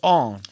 on